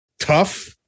Tough